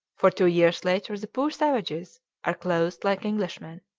for two years later the poor savages are clothed like englishmen.